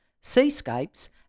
seascapes